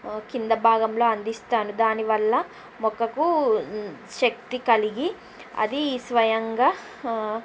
కిందభాగంలో అందిస్తాను దానివల్ల మొక్కకు శక్తి కలిగి అది స్వయంగా